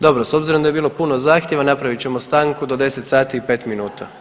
Dobro s obzirom da je bilo puno zahtjeva napravit ćemo stanku do 10 sati i 5 minuta.